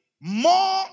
more